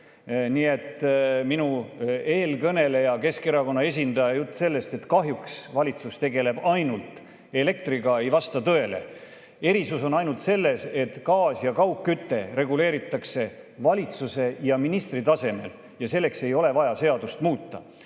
Nii et minu eelkõneleja, Keskerakonna esindaja jutt sellest, et kahjuks valitsus tegeleb ainult elektriga, ei vasta tõele. Erisus on ainult selles, et gaasi ja kaugkütet reguleeritakse valitsuse ja ministri tasemel ja selleks ei ole vaja seadust muuta.